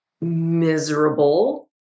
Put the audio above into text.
miserable